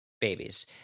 babies